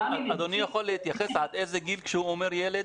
אדוני יכול להתייחס עד איזה גיל כשהוא אומר ילד?